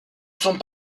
sont